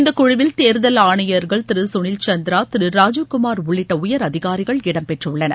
இந்தக் குழுவில் தேர்தல் ஆணையர்கள் திரு சுஷில் சந்திரா திரு ராஜீவ் குமார் உள்ளிட்ட உயர் அதிகாரிகள் இடம்பெற்றுள்ளனர்